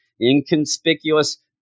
inconspicuous